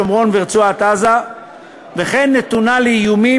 שומרון ורצועת-עזה ונתונה לאיומים